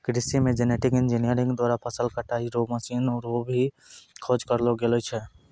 कृषि मे genetic engineer द्वारा फसल कटाई रो मशीन रो भी खोज करलो गेलो छै